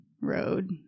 road